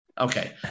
Okay